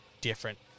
different